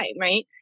right